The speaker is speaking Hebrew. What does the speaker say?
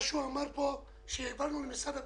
מה שהוא אמר פה שהעברנו למשרד הפנים,